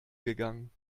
gegangen